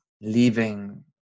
leaving